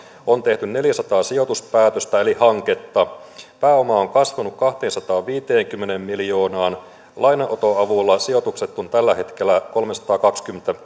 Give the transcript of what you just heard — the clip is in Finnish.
on tehty neljäsataa sijoituspäätöstä eli hanketta pääoma on kasvanut kahteensataanviiteenkymmeneen miljoonaan lainanoton avulla sijoitukset ovat tällä hetkellä kolmesataakaksikymmentä